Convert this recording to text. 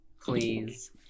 please